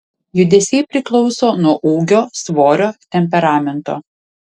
judesiai priklauso nuo ūgio svorio temperamento